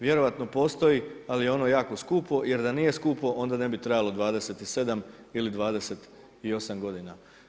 Vjerojatno postoji ali je ono jako skupo jer da nije skupo onda ne bi trajalo 27 ili 28 godina.